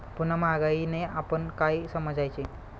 पुन्हा महागाईने आपण काय समजायचे?